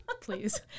Please